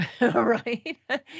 Right